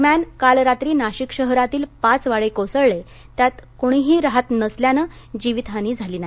दरम्यान काल रात्री नाशिक शहरातील पाच वाडे कोसळले त्यात कोणीही राहत नसल्यानं जीवित हानी झाली नाही